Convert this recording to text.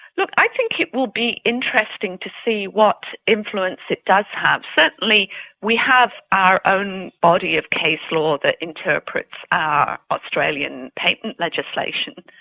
look, i think it will be interesting to see what influence it does have. certainly we have our own body of case law that interprets our australian patent legislation,